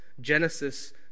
Genesis